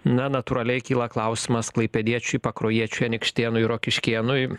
na natūraliai kyla klausimas klaipėdiečiui pakruojiečiui anykštėnui rokiškėnui